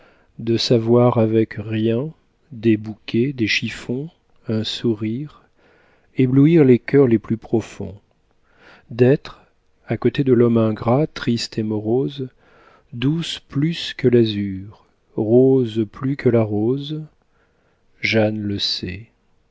de savoir avec rien des bouquets des chiffons un sourire éblouir les cœurs les plus profonds d'être à côté de l'homme ingrat triste et morose douces plus que l'azur roses plus que la rose jeanne le sait